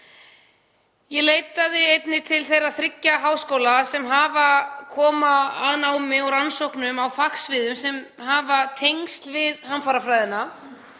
Ég leitaði einnig til þeirra þriggja háskóla sem koma að námi og rannsóknum á fagsviðum sem hafa tengsl við hamfarafræðina